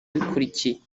bikurikiye